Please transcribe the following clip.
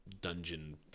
dungeon